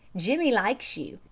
jimmie likes you,